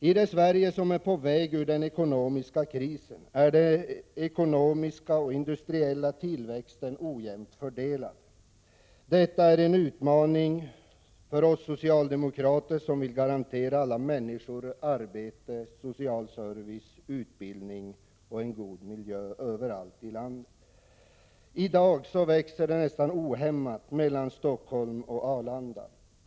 I det Sverige som är på väg ur den ekonomiska krisen är den ekonomiska och industriella tillväxten ojämnt fördelad. Detta är en utmaning för oss socialdemokrater, som vill garantera alla människor arbete, social service, utbildning och god miljö överallt i landet. I dag växer det nästan ohämmat mellan Stockholm och Arlanda.